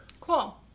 Cool